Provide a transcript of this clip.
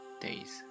days